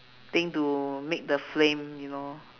thing to make the flame you know